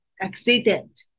accident